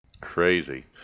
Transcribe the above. Crazy